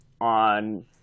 on